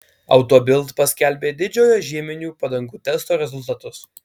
auto bild paskelbė didžiojo žieminių padangų testo rezultatus